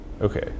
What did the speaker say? Okay